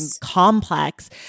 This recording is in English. complex